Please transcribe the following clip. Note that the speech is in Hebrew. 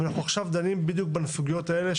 עכשיו אנחנו דנים בדיוק בסוגיות האלה,